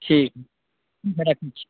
ठीक हए अब राखैत छी